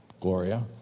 Gloria